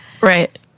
Right